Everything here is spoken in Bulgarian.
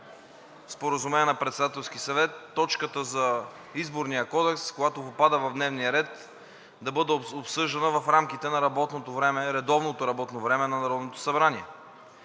споразумение на Председателски съвет – точката за Изборния кодекс, когато попада в дневния ред, да бъде обсъждана в рамките на редовното работно време на